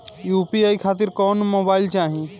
UPI खातिर कौन mobile चाहीं?